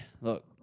look